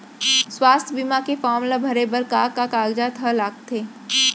स्वास्थ्य बीमा के फॉर्म ल भरे बर का का कागजात ह लगथे?